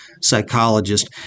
psychologist